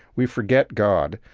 we forget god.